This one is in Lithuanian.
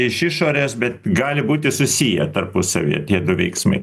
iš išorės bet gali būti susiję tarpusavyje tie du veiksmai